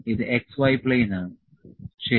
ഇത് x y plane ആണ് ശരി